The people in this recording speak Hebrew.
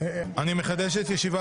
ירים את ידו.